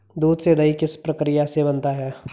दूध से दही किस प्रक्रिया से बनता है?